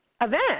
event